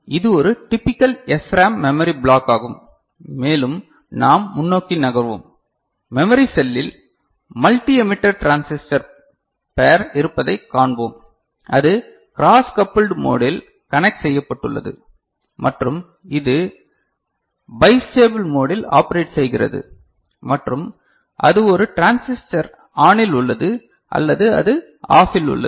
எனவே இது ஒரு டிபிக்கல் SRAM மெமரி பிளாக் ஆகும் மேலும் நாம் முன்னோக்கி நகர்வோம் மெமரி செல்லில் மல்டி எமிட்டர் டிரான்சிஸ்டர் பேர் இருப்பதைக் காண்போம் அது க்ராஸ் கபில்ட் மோடில் கனெக்ட் செய்யப்ப்பட்டுள்ளது மற்றும் இது பைஸ்டேபில் மோடில் ஆபரேட் செய்கிறது மற்றும் அது ஒரு டிரான்சிஸ்டர் ஆனில் உள்ளது அல்லது அது ஆஃபில் உள்ளது